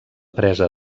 presa